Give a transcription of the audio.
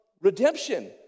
redemption